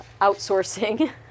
outsourcing